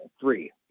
three